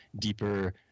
deeper